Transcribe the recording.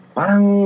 Parang